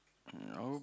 um oh